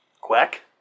Quack